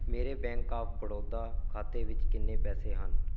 ਮੇਰੇ Bank of Baroda ਖਾਤੇ ਵਿੱਚ ਕਿੰਨੇ ਪੈਸੇ ਹਨ